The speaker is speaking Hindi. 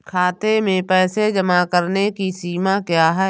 खाते में पैसे जमा करने की सीमा क्या है?